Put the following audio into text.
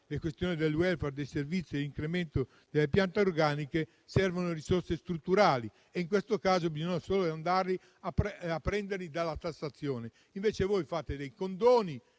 le questioni del *welfare*, dei servizi e di incremento delle piante organiche servono risorse strutturali. In questo caso, bisogna andarle a prenderle dalla tassazione. Invece, voi fate dei condoni